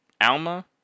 Alma